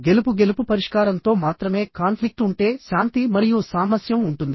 గెలుపు గెలుపు పరిష్కారంతో మాత్రమే కాన్ఫ్లిక్ట్ ఉంటే శాంతి మరియు సామరస్యం ఉంటుంది